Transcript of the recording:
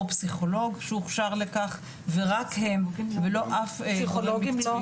או פסיכולוג שהוכשר לכך ורק הם ולא אף --- פסיכולוגים לא,